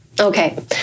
Okay